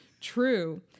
True